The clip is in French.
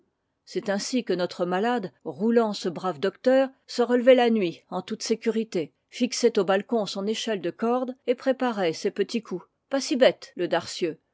c'est ainsi que notre malade roulant ce brave docteur se relevait la nuit en toute sécurité fixait au balcon son échelle de corde et préparait ses petits coups pas si bête le darcieux